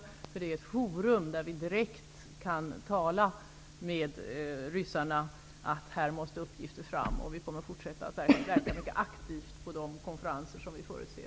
Det är ett forum där vi direkt kan tala om för ryssarna att uppgifter måste fram. Vi kommer att mycket aktivt verka på de konferenser som vi förutser.